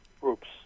groups